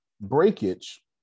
Breakage